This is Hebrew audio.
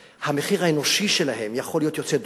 המחיר האנושי שלהם יכול להיות יוצא דופן.